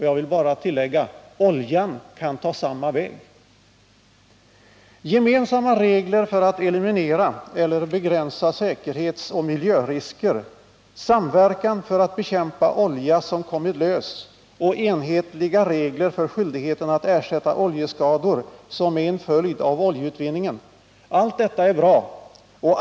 Jag vill bara tillägga att oljan kan ta samma väg. Gemensamma regler för att eliminera eller begränsa säkerhetsoch miljörisker, samverkan för att bekämpa olja som kommit lös och enhetliga regler för skyldigheten att ersätta oljeskador som är en följd av oljeutvinningen —allt detta är bra.